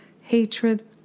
hatred